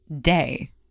day